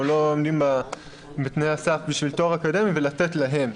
או לא עומדים בתנאי הסף בשביל תואר אקדמי ולתת להם.